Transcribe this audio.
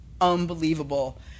unbelievable